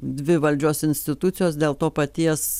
dvi valdžios institucijos dėl to paties